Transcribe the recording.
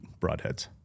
broadheads